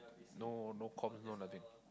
no no com no nothing